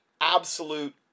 absolute